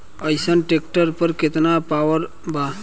अइसन ट्रैक्टर पर केतना ऑफर बा?